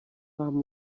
vám